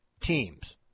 teams